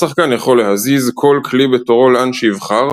השחקן יכול להזיז כל כלי בתורו לאן שיבחר,